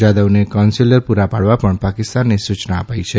જાદવને consular પુરા પાડવા પણ પાકિસ્તાનને સૂચના અપાઈ છે